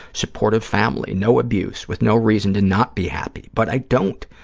supportive family, no abuse, with no reason to not be happy, but i don't.